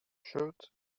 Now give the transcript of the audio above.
shirt